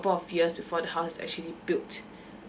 couple of years before the house is actually built